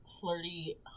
flirty